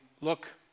look